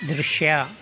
ದೃಶ್ಯ